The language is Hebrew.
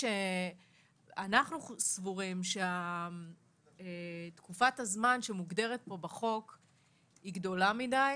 אנחנו סבורים שתקופת הזמן שמוגדרת פה בחוק היא גדולה מידי